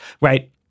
right